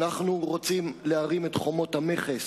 אנחנו רוצים להרים את חומות המכס